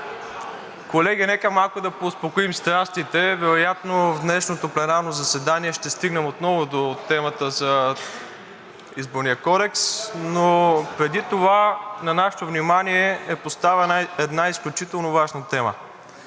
Колеги, нека малко да поуспокоим страстите. Вероятно в днешното пленарно заседание ще стигнем отново до темата за Изборния кодекс, но преди това на нашето внимание е поставена една изключително важна тема.